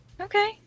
Okay